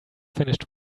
finished